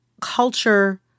culture